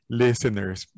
listeners